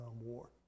War